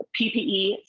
PPE